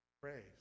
Praise